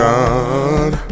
God